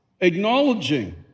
acknowledging